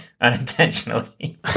unintentionally